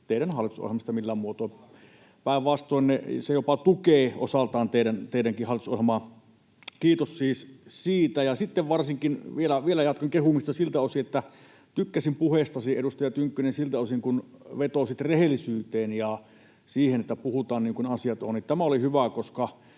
teidän hallitusohjelmastanne millään muotoa. Päinvastoin, ne jopa tukevat osaltaan teidänkin hallitusohjelmaanne. Kiitos siis siitä. Vielä jatkan kehumista siltä osin, että tykkäsin puheestasi, edustaja Tynkkynen, siltä osin kuin vetosit rehellisyyteen ja siihen, että puhutaan niin kuin asiat ovat. Tämä oli hyvä, koska